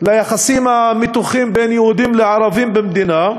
ליחסים המתוחים בין יהודים לערבים במדינה,